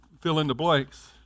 fill-in-the-blanks